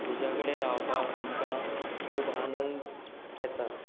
उजा कडेन रावपाक आमकां खूब आनंद येता